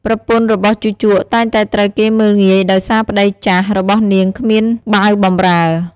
ប្រពន្ធរបស់ជូជកតែងតែត្រូវគេមើលងាយដោយសារប្តីចាស់របស់នាងគ្មានបាវបំរើ។